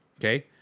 okay